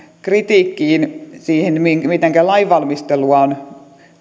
kritiikkiin siitä mitenkä lainvalmistelussa on